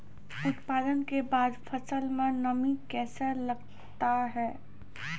उत्पादन के बाद फसल मे नमी कैसे लगता हैं?